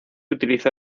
utilizó